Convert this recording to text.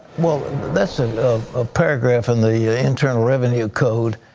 well that's and a paragraph in the internal revenue code.